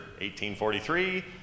1843